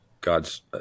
God's